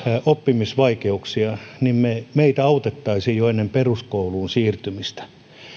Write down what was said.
oppimisvaikeuksia autettaisiin jo ennen peruskouluun siirtymistä